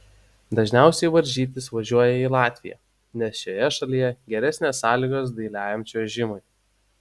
dažniausiai varžytis važiuoja į latviją nes šioje šalyje geresnės sąlygos dailiajam čiuožimui